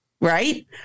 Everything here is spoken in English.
Right